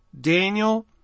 Daniel